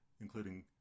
including